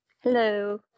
Hello